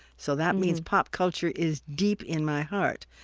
so that means pop culture is deep in my heart.